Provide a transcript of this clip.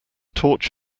torch